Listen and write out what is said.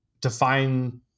define